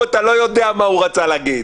אתה לא יודע מה הוא רצה להגיד.